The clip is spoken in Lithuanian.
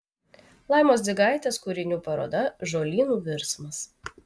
laimos dzigaitės kūrinių paroda žolynų virsmas